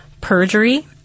Perjury